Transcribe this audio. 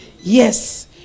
yes